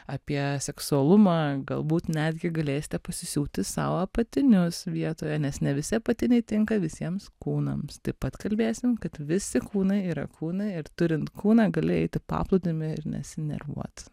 apie seksualumą galbūt netgi galėsite pasisiūti sau apatinius vietoje nes ne visi apatiniai tinka visiems kūnams taip pat kalbėsim kad visi kūnai yra kūnai ir turint kūną gali eit į paplūdimį ir nesinervuot